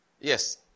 Yes